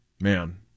Man